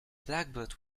blackbird